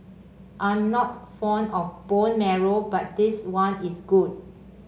I'm not fond of bone marrow but this one is good